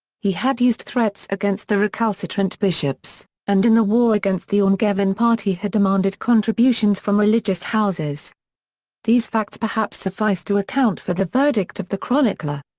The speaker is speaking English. he had used threats against the recalcitrant bishops, and in the war against the angevin party had demanded contributions from religious houses these facts perhaps suffice to account for the verdict of the chronicler.